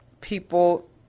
people